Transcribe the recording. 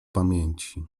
pamięci